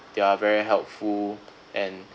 they are very helpful and